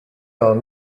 are